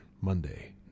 Monday